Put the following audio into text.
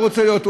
הוא רוצה להיות,